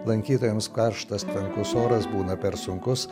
lankytojams karštas tvankus oras būna per sunkus